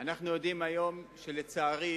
אנחנו יודעים היום, לצערי,